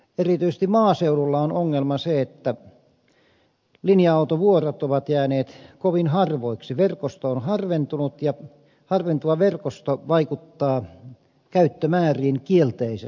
erityisesti maaseudulla on ongelma se että linja autovuorot ovat jääneet kovin harvoiksi verkosto on harventunut ja harventuva verkosto vaikuttaa käyttömääriin kielteisesti